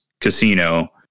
Casino